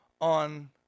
on